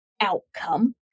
outcome